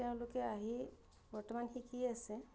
তেওঁলোকে আহি বৰ্তমান শিকি আছে